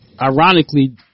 Ironically